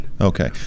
Okay